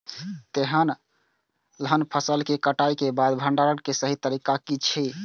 तेलहन फसल के कटाई के बाद भंडारण के सही तरीका की छल?